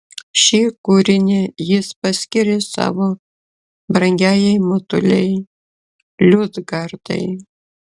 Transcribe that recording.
šį kūrinį jis paskyrė savo brangiajai motulei liudgardai